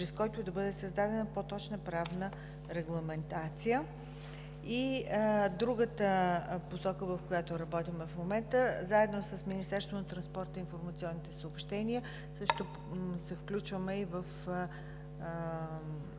чрез който да бъде създадена по-точна правна регламентация. Другата посока, в която работим в момента, е, че заедно с Министерството на транспорта, информационните технологии и съобщенията също се включваме в